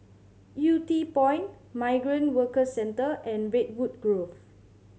Yew Tee Point Migrant Workers Centre and Redwood Grove